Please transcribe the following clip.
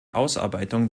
ausarbeitung